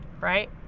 right